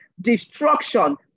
destruction